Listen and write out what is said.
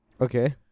Okay